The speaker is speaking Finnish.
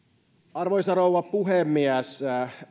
arvoisa rouva puhemies